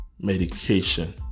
medication